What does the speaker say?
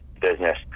business